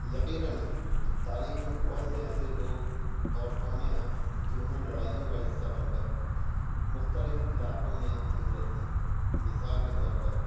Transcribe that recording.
یقیناً تاریخ میں بہت سے ایسے لوگ اور قومیں ہیں جنہوں نے لڑائیوں کا حصہ بن کر مختلف علاقوں میں ہجرت کی مثال کے طور پر